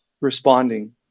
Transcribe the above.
responding